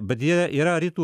bet yra yra rytų